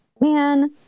man